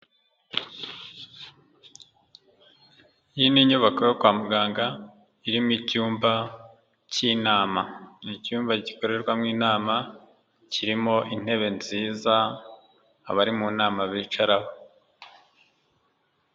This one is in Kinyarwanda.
Iyi ni nyubako yo kwa muganga irimo icyumba cy'inama. Ni icyumba gikorerwamo inama kirimo intebe nziza abari mu nama bicaraho.